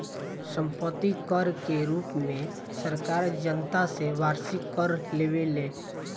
सम्पत्ति कर के रूप में सरकार जनता से वार्षिक कर लेवेले